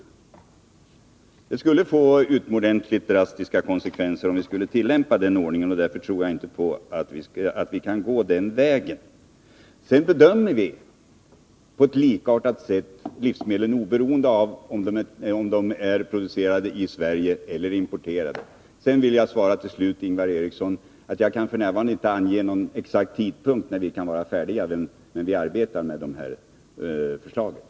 ös Det skulle få utomordentligt drastiska konsekvenser om vi skulle tillämpa den ordningen, och därför tror jag inte att vi kan gå den vägen. Vi bedömer livsmedlen på ett likartat sätt, oberoende av om de är producerade i Sverige eller importerade. Till slut vill jag svara Ingvar Eriksson att jag f. n. inte kan ange någon exakt tidpunkt när vi kan vara färdiga med de här förslagen, men vi arbetar med dem.